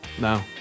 No